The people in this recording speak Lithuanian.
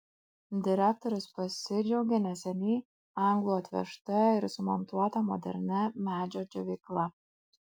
direktorius pasidžiaugė neseniai anglų atvežta ir sumontuota modernia medžio džiovykla